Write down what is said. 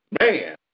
man